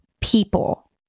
people